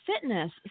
fitness